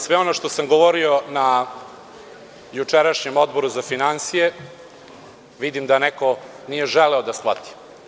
Sve ono što sam govorio na jučerašnjem Odboru za finansije, vidim da neko nije želeo da shvati.